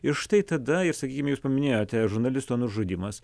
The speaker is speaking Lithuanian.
ir štai tada ir sakykim jūs paminėjote žurnalisto nužudymas